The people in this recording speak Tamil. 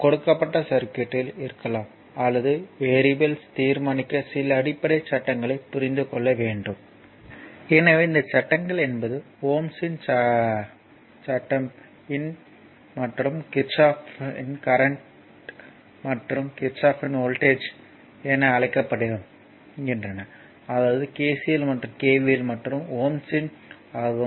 கொடுக்கப்பட்ட சர்க்யூட்யில் இருக்கலாம் அல்லது வெறியபிள்ஸ் தீர்மானிக்க சில அடிப்படை சட்டங்களைப் புரிந்துக் கொள்ள வேண்டும் எனவே இந்த சட்டங்கள் என்பது ஓம்ஸ் இன் சட்டம் ohm's law இன் சட்டம் மற்றும் கிர்ச்சோஃப்பின் கரண்ட் சட்டம் Kirchhoff's current law மற்றும் கிர்ச்சோஃப்பின் வோல்ட்டேஜ் சட்டம் Kirchhoff's voltage law என அழைக்கப்படுகின்றன அதாவது KCL மற்றும் KVL மற்றும் ஓம்ஸ் சட்டம் ohm's law ஆகும்